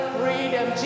freedom